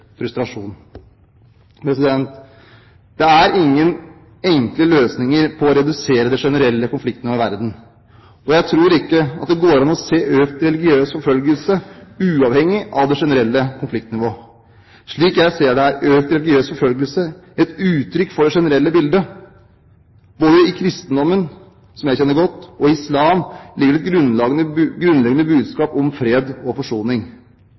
frustrasjon. Det er ingen enkle løsninger for å redusere det generelle konfliktnivå i verden, og jeg tror ikke det går an å se økt religiøs forfølgelse uavhengig av det generelle konfliktnivået. Slik jeg ser det, er økt religiøs forfølgelse et uttrykk for det generelle bildet. Både i kristendommen, som jeg kjenner godt, og i islam ligger det et grunnleggende budskap om fred og forsoning.